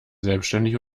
selbstständig